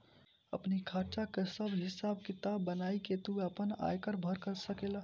आपनी खर्चा कअ सब हिसाब किताब बनाई के तू आपन आयकर भर सकेला